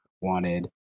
wanted